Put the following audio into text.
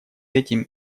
этим